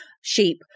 sheep